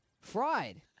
Fried